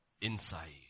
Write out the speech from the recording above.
inside